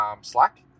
Slack